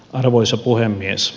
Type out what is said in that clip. arvoisa puhemies